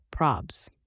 probs